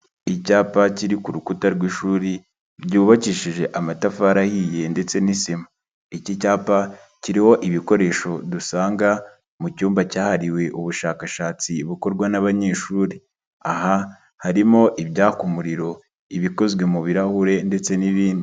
Icyapa kiri ku rukuta rw'ishuri ryubakishije amatafari ahiye ndetse n'isima iki cyapa kiriho ibikoresho dusanga mu cyumba cyahariwe ubushakashatsi bukorwa n'abanyeshuri, aha harimo ibyaka umuriro, ibikozwe mu birahure ndetse n'ibindi.